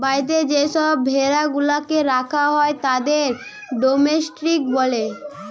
বাড়িতে যে সব ভেড়া গুলাকে রাখা হয় তাদের ডোমেস্টিক বলে